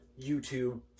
YouTube